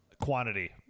quantity